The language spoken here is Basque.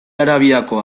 arabiako